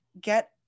get